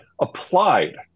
applied